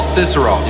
Cicero